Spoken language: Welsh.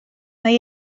mae